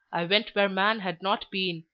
i went where man had not been,